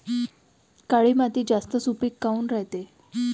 काळी माती जास्त सुपीक काऊन रायते?